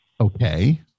Okay